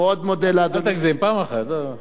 פעם אחת.